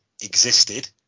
existed